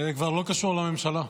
זה כבר לא קשור לממשלה.